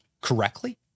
correctly